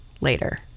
later